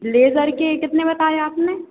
laser के कितने बताए आपने